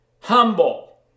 humble